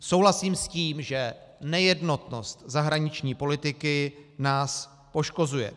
Souhlasím s tím, že nejednotnost zahraniční politiky nás poškozuje.